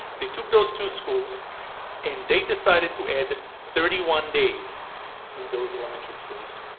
they took those two schools and they decided to add thirty one days in those elementary schools.